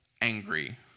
angry